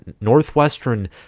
Northwestern